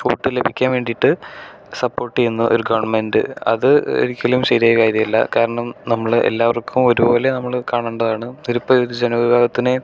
vote ലഭിക്കാൻ വേണ്ടിയിട്ട് support ചെയ്യുന്ന ഒരു ഗവൺമെൻ്റ് അത് ഒരിക്കലും ശരിയായ കാര്യമല്ല കാരണം നമ്മള് എല്ലാവർക്കും ഒരുപോലെ നമ്മള് കാണേണ്ടതാണ് ഇതിലിപ്പം ഒരു ജന വിഭാഗത്തിനെ